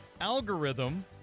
algorithm